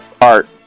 art